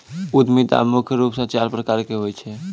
उद्यमिता मुख्य रूप से चार प्रकार के होय छै